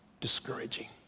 discouraging